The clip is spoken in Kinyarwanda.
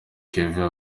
kevin